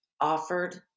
offered